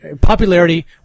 popularity